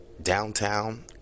downtown